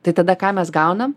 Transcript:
tai tada ką mes gaunam